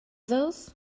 those